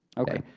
okay.